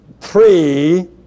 three